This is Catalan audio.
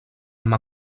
amb